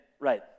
right